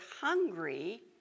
hungry